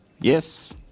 yes